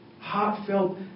Heartfelt